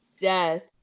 death